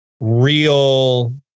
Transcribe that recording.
real